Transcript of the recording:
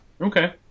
Okay